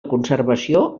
conservació